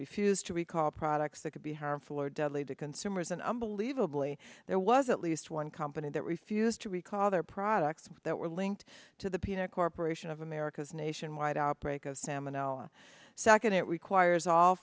refuse to recall products that could be harmful or deadly to consumers and unbelievably there was at least one company that refused to recall their products that were linked to the peanut corporation of america's nationwide outbreak of salmonella second it requires all